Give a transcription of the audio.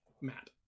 Matt